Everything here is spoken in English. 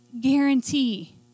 guarantee